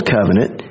Covenant